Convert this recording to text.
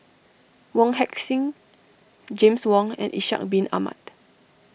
Wong Heck Sing James Wong and Ishak Bin Ahmad